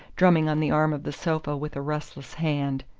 drumming on the arm of the sofa with a restless hand.